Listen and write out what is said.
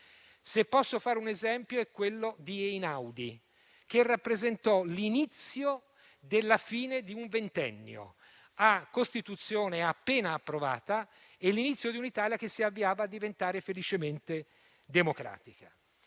Se posso fare un esempio, citerei quello di Einaudi, che rappresentò l'inizio della fine di un ventennio, a Costituzione appena approvata, e l'inizio di una Italia che si avviava a diventare felicemente democratica.